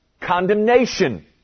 condemnation